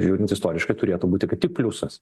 žiūrint istoriškai turėtų būti kaip tik pliusas